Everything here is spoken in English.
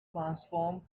transform